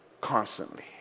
constantly